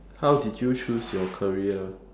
how did you choose your career